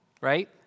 right